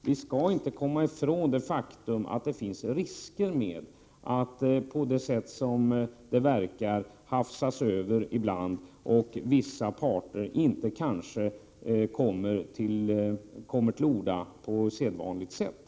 Vi skall inte glömma det faktum att det finns risker med att det på det sätt som här verkar ha skett hafsas över ibland och att vissa parter kanske inte kommer till orda på sedvanligt sätt.